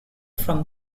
from